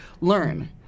learn